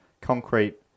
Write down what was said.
concrete